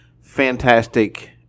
fantastic